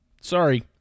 Sorry